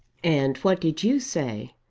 and what did you say?